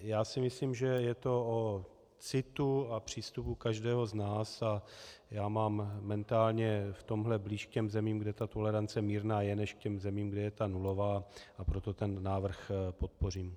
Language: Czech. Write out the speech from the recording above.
Já si myslím, že je to o citu a přístupu každého z nás, a já mám mentálně v tomhle blíž k zemím, kde ta tolerance mírná je, než k zemím, kde je ta nulová, a proto ten návrh podpořím.